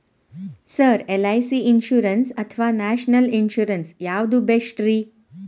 Sir LIC insurance ಅಥವಾ national insurance ಯಾವುದು ಬೆಸ್ಟ್ರಿ?